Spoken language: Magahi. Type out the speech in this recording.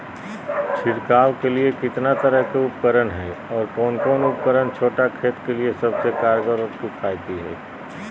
छिड़काव के लिए कितना तरह के उपकरण है और कौन उपकरण छोटा खेत के लिए सबसे कारगर और किफायती है?